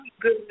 good